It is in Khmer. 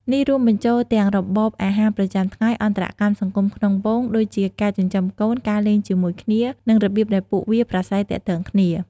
នេះរួមបញ្ចូលទាំង របបអាហារប្រចាំថ្ងៃ អន្តរកម្មសង្គមក្នុងហ្វូង ដូចជាការចិញ្ចឹមកូន ការលេងជាមួយគ្នា និងរបៀបដែលពួកវាប្រាស្រ័យទាក់ទងគ្នា។